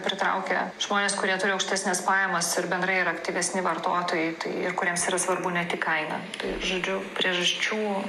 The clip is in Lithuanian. pritraukia žmones kurie turi aukštesnes pajamas ir bendrai yra aktyvesni vartotojai tai ir kuriems yra svarbu ne tik kaina tai žodžiu priežasčių